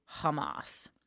Hamas